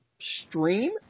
stream